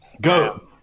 go